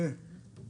היא לא מוכנה להיפגש?